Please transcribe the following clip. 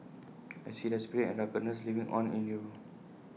I see their spirit and ruggedness living on in you